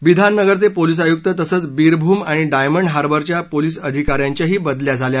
बिधान नगरचे पोलीस आयुक्त तसंच बीरभूम आणि डायमंड हार्वरच्या पोलीस अधिकांच्याही बदल्या झाल्या आहेत